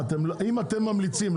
אם אתם ממליצים,